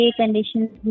conditions